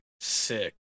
sick